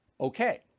Okay